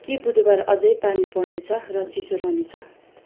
के बुधबार अझै पानी पर्नेछ र चिसो रहनेछ